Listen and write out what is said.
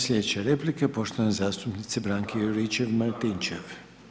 Slijedeće replike poštovane zastupnike Branke Juričev- Martinčev.